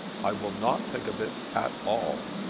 i will not think of it at all.